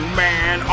man